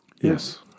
Yes